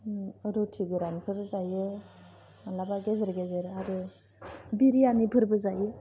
रुटि गोरानफोर जायो मालाबा गेजेर गेजेर आरो बिरियानिफोरबो जायो